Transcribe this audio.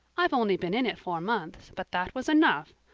i've only been in it four months, but that was enough.